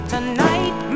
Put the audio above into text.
Tonight